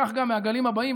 וכך גם מהגלים הבאים,